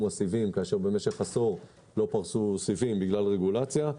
הסיבים כאשר במשך עשור לא פרסו סיבים בגלל רגולציה.